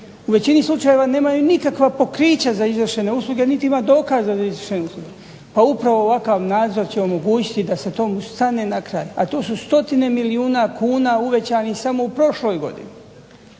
u većini slučajeva nemaju nikakva pokrića za izvršene usluge niti ima dokaza..., upravo ovakav nadzor će omogućiti da se tome stane na kraj, a to su 100 milijuna kuna uvećani samo u prošloj godini.